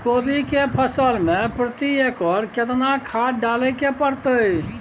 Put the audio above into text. कोबी के फसल मे प्रति एकर केतना खाद डालय के परतय?